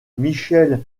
michel